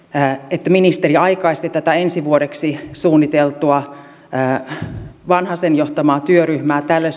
että ministeri aikaisti tätä ensi vuodeksi suunniteltua vanhasen johtamaa työryhmää tälle